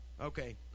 Okay